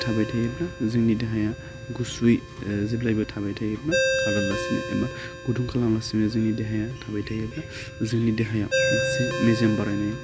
थाबाय थायोब्ला जोंनि देहाया गुसुयै जेब्लायबो थाबाय थायोब्ला खारालासैनो एबा गुदुं खालामा लासिनो जोंनि देहाया थाबाय थायोबा जोंनि देहाया लासै बारायनाय